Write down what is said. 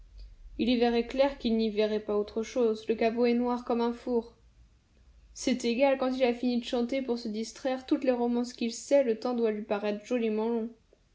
y verrait clair qu'il n'y verrait pas autre chose le caveau est noir comme un four c'est égal quand il a fini de chanter pour se distraire toutes les romances qu'il sait le temps doit lui paraître joliment